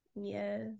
Yes